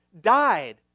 died